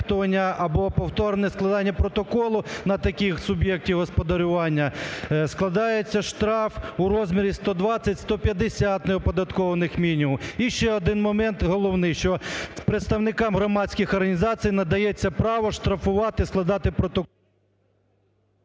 або повторне складення протоколу на таких суб'єктів господарювання складається штраф у розмірі 120-150 неоподатковуваних мінімумів. І ще один момент, головний, що представникам громадських організацій надається право штрафувати, складати протокол…